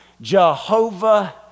Jehovah